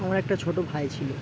আমার একটা ছোটো ভাই ছিল